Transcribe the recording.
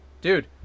dude